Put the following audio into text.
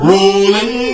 Rolling